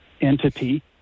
entity